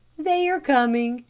they are coming,